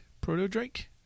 proto-drake